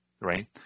right